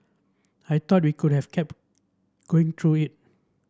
I thought we could have kept going through it